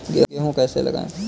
गेहूँ कैसे लगाएँ?